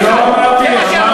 לא אמרתי.